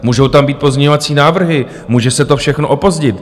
Můžou tam být pozměňovací návrhy, může se to všechno opozdit.